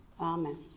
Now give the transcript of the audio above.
Amen